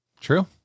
True